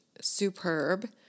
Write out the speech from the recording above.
superb